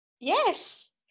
yes